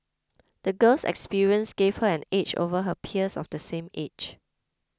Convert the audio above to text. the girl's experiences gave her an edge over her peers of the same age